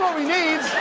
need.